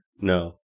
No